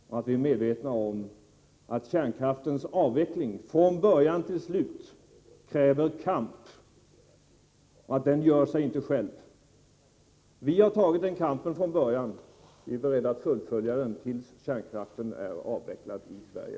Vi skall vara medvetna om att kärnkraftens avveckling från början till slut kräver kamp och att den inte sker av sig själv. Vi har tagit upp denna kamp från början och är beredda att fullfölja den tills kärnkraften är avvecklad i Sverige.